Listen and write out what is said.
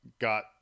Got